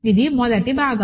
ఇది మొదటి భాగం